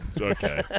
okay